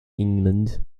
england